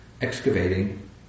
excavating